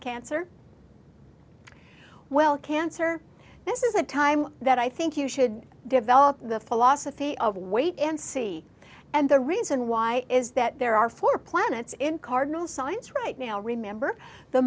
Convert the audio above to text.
cancer well cancer this is a time that i think you should develop the philosophy of wait and see and the reason why is that there are four planets in cardinal signs right now remember the